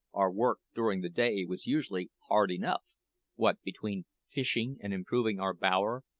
our work during the day was usually hard enough what between fishing, and improving our bower,